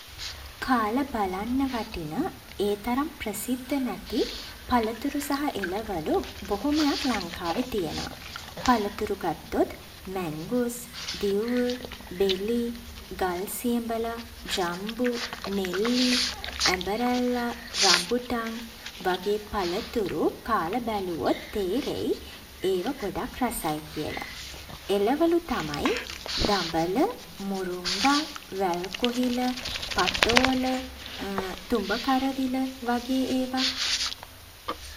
කාල බලන්න වටින, ඒ තරම් ප්‍රසිද්ධ නැති පලතුරු සහ එළවළු බොහොමයක් ලංකාවේ තියෙනවා. පලතුරු ගත්තොත්, මැංගුස්, දිවුල්, බෙලි, ගල් සියඹලා, ජම්බු, නෙල්ලි, ඇඹරැල්ලා, රඹුටන් වගේ පලතුරු කාල බැලුවොත් තේරෙයි, ඒවා ගොඩක් රසයි කියලා. එළවළු තමයි දඹල, මුරුංගා, වැල් කොහිල, පතෝල තුඹ කරවිල වගේ ඒවා.